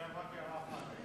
אני חייב רק הערה אחת.